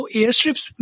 airstrips